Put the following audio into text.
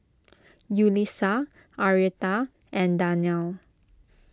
Yulisa Arietta and Darnell